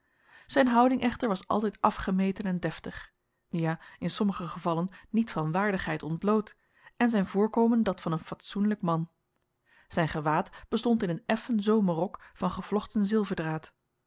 zijn houding echter was altijd afgemeten en deftig ja in sommige gevallen niet van waardigheid ontbloot en zijn voorkomen dat van een fatsoenlijk man zijn gewaad bestond in een effen zomerrok van gevlochten